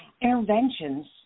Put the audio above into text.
interventions